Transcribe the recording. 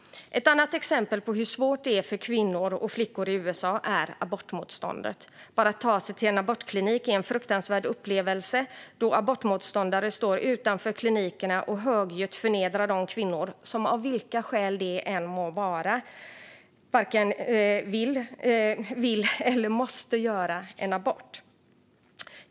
Ett annat exempel på hur svårt det är för kvinnor och flickor i USA är abortmotståndet. Bara att ta sig till en abortklinik är en fruktansvärd upplevelse då abortmotståndare står utanför klinikerna och högljutt förnedrar de kvinnor som av vilka skäl det än må vara vill eller måste göra en abort.